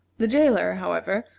the jailer, however,